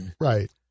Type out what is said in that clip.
Right